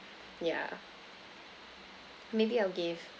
yeah maybe I'll give